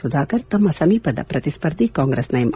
ಸುಧಾಕರ್ ತಮ್ಮ ಸಮೀಪದ ಪ್ರತಿಸ್ಪರ್ಧಿ ಕಾಂಗ್ರೆಸ್ನ ಎಂ